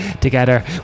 together